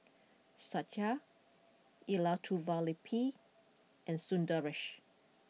Satya Elattuvalapil and Sundaresh